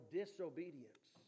disobedience